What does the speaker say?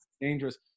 dangerous